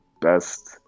best